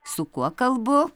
su kuo kalbu